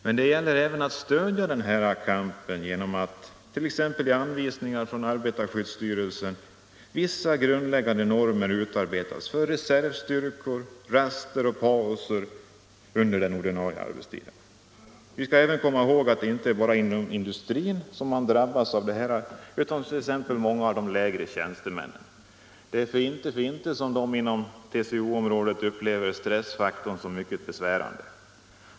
Men här gäller det även att stödja den kampen genom att i t.ex. anvisningar från arbetarskyddsstyrelsen vissa grundläggande normer utarbetas för reservstyrkor, raster och pauser under den ordinarie arbetstiden. Vi skall även komma ihåg att det inte bara är industriarbetarna som drabbas av detta utan även många av de lägre tjänstemännen. Det är inte för inte som många inom TCO-området upplever stressfaktorn som mycket besvärande.